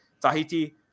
Tahiti